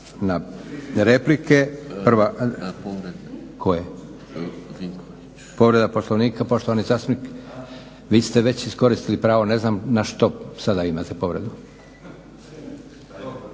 Dobili smo upozorenje. Povreda Poslovnika poštovani zastupnik, vi ste već iskoristili pravo. Ne znam na što sada imate povredu?